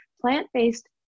plant-based